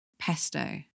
pesto